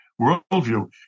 worldview